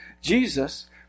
Jesus